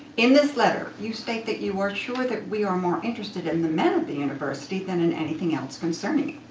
in this letter, you state that you are sure that we are more interested in the men of the university than in anything else concerning